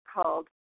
called